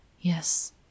yes